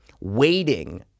waiting